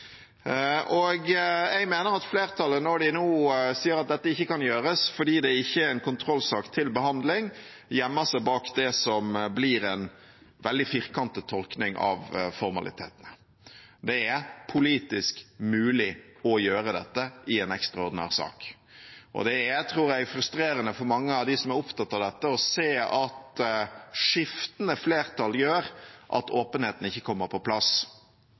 Jeg mener at flertallet når de nå sier at dette ikke kan gjøres fordi det ikke er en kontrollsak til behandling, gjemmer seg bak det som blir en veldig firkantet tolkning av formalitetene. Det er politisk mulig å gjøre dette i en ekstraordinær sak, og jeg tror det er frustrerende for mange av dem som er opptatt av dette, å se at skiftende flertall gjør at åpenheten ikke kommer på plass.